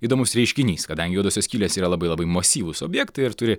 įdomus reiškinys kadangi juodosios skylės yra labai labai masyvūs objektai ir turi